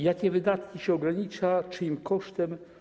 Jakie wydatki się ogranicza, czyim kosztem?